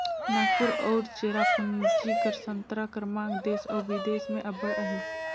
नांगपुर अउ चेरापूंजी कर संतरा कर मांग देस अउ बिदेस में अब्बड़ अहे